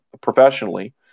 professionally